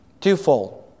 Twofold